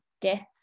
death